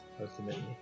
ultimately